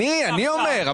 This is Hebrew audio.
אבל אני אומר,